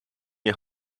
nie